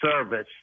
service